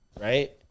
right